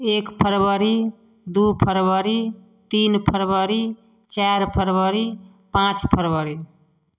एक फरवरी दू फरवरी तीन फरवरी चारि फरवरी पाँच फरवरी